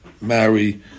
marry